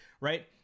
right